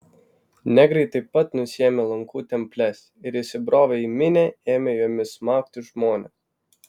negrai taip pat nusiėmė lankų temples ir įsibrovę į minią ėmė jomis smaugti žmones